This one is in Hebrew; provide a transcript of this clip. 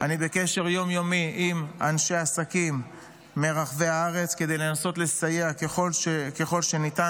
אני בקשר יום-יומי עם אנשי עסקים מרחבי הארץ כדי לנסות לסייע ככל שניתן,